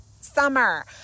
summer